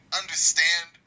understand